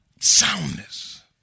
Soundness